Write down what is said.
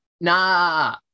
Nah